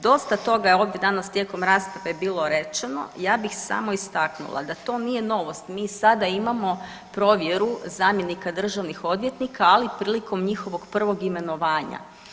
Dosta toga je ovdje danas tijekom rasprave bilo rečeno, ja bih samo istaknula da to nije novost, mi sada imamo provjeru zamjenika državnih odvjetnika, ali prilikom njihovog prvog imenovanja.